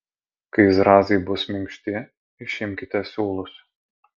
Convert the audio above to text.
kai zrazai bus minkšti išimkite siūlus